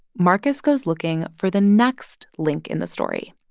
markus goes looking for the next link in the story.